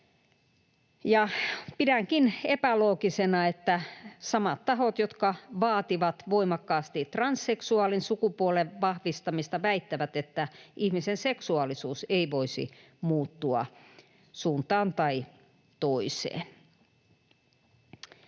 pidänkin epäloogisena, että samat tahot, jotka vaativat voimakkaasti transseksuaalin sukupuolen vahvistamista, väittävät, että ihmisen seksuaalisuus ei voisi muuttua suuntaan tai toiseen.